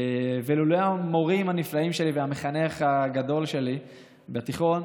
לולי המורים הנפלאים שלי והמחנך הגדול שלי בתיכון,